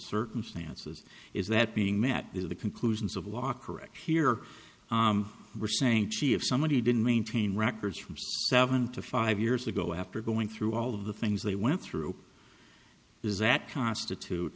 circumstances is that being met is the conclusions of law correct here we're saying gee if somebody didn't maintain records from seven to five years ago after going through all of the things they went through does that constitute